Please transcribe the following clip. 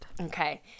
Okay